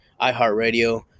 iHeartRadio